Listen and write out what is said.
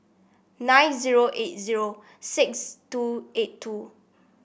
nine zero eight zero six two eight two